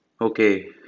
Okay